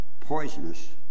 poisonous